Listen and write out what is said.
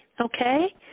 okay